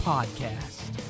Podcast